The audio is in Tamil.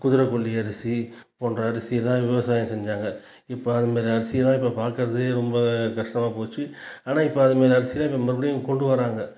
குதிரை கொல்லி அரிசி போன்ற அரிசிதான் விவசாயம் செஞ்சாங்கள் இப்போ அதுமாதிரி அரிசியைதான் இப்போ பார்க்குறதே ரொம்ப கஷ்டமாக போச்சு ஆனால் இப்போ அதைமேரி அரிசிலாம் இப்போ மறுபடியும் கொண்டு வராங்கள்